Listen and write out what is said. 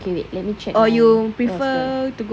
okay wait let me check my roster